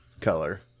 color